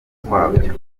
kwabyo